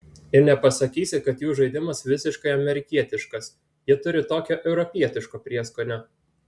ir nepasakysi kad jų žaidimas visiškai amerikietiškas jie turi tokio europietiško prieskonio